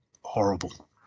horrible